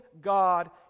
God